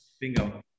bingo